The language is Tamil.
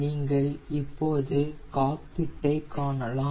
நீங்கள் இப்போது காக்பிட்டை காணலாம்